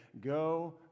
Go